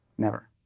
never,